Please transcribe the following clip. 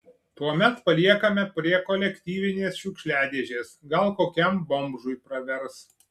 tuomet paliekame prie kolektyvinės šiukšliadėžės gal kokiam bomžui pravers